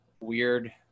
weird